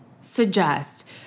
suggest